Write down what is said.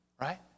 right